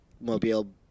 mobile